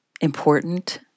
important